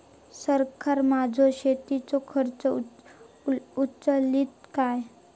सरकार माझो शेतीचो खर्च उचलीत काय?